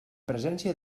presència